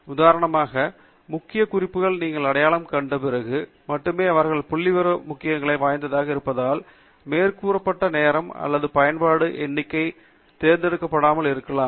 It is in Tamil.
உதாரணமாக முக்கிய குறிப்புகளை நீங்கள் அடையாளம் கண்ட பிறகு மட்டுமே அவர்கள் புள்ளிவிவர முக்கியத்துவம் வாய்ந்தவர்களாக இருப்பதால் மேற்கூறப்பட்ட நேரம் அல்லது பயன்பாட்டு எண்ணிக்கை தேர்ந்தெடுக்கப்படாமல் இருக்கலாம்